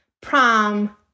prom